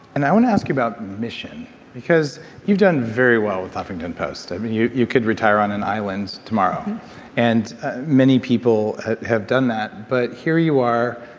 and i want to ask you about mission because you've done very well with the huffington post. i mean you you could retire on an island tomorrow and many people have done that, but here you are.